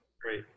great